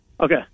Okay